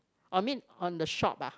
or mean on the shop ah